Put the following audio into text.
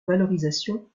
valorisation